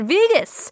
Vegas